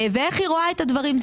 ואיך היא רואה את הדברים.